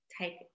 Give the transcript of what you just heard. take